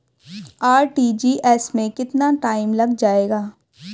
RTGS में कितना time लग जाएगा?